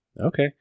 Okay